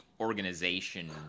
organization